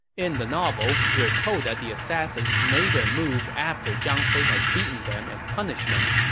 in the novel, we are told that the assassins made their move after zhang fei had beaten them as punishment,